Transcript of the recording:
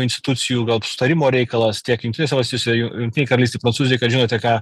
institucijų gal susitarimo reikalas tiek jungtinėse valstijose jungtinei karalystei prancūzijai kad žinote ką